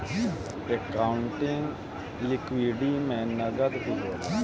accounting liquidity में नकद भी होला